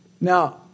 Now